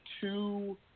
two